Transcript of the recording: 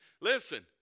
listen